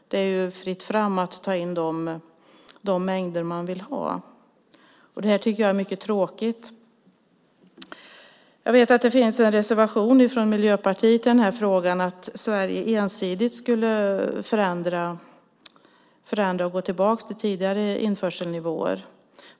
Det är fritt fram att ta in de mängder man vill ha. Det här tycker jag är mycket tråkigt. Jag vet att det finns en reservation från Miljöpartiet i den här frågan om att Sverige ensidigt skulle gå tillbaka till tidigare införselnivåer.